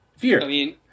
Fear